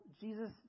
Jesus